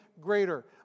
greater